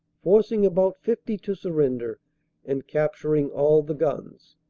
forcing about fifty to surrender and capturing all the guns.